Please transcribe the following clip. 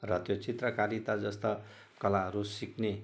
र त्यो चित्रकारिता जस्ता कलाहरू सिक्ने